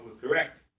correct